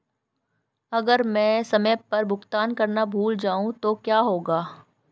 अगर मैं समय पर भुगतान करना भूल जाऊं तो क्या होगा?